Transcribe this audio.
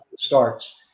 starts